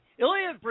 Ilya